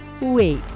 Wait